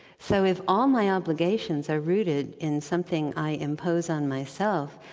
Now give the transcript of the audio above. so if all my obligations are rooted in something i impose on myself,